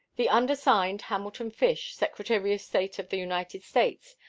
the undersigned, hamilton fish, secretary of state of the united states,